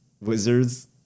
Wizards